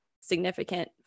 significant